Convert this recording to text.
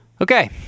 Okay